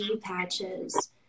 patches